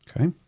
Okay